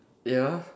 ya